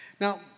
Now